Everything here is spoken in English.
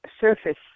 surface